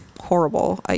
horrible